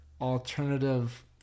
alternative